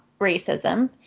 racism